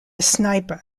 sniper